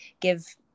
give